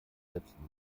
letzten